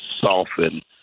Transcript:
soften